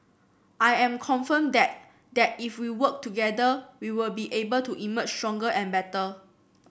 I am confident that that if we work together we will be able to emerge stronger and better